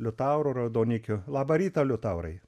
liutauru raudonikiu labą rytą liutaurai